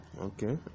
okay